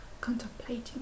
contemplating